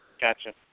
Gotcha